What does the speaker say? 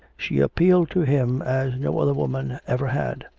she appealed to him as no other woman ever had.